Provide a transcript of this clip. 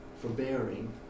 forbearing